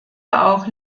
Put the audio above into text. auch